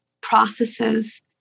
processes